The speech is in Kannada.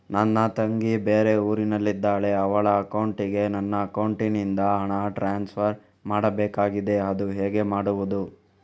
ನನ್ನ ತಂಗಿ ಬೇರೆ ಊರಿನಲ್ಲಿದಾಳೆ, ಅವಳ ಅಕೌಂಟಿಗೆ ನನ್ನ ಅಕೌಂಟಿನಿಂದ ಹಣ ಟ್ರಾನ್ಸ್ಫರ್ ಮಾಡ್ಬೇಕಾಗಿದೆ, ಅದು ಹೇಗೆ ಮಾಡುವುದು?